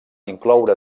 incloure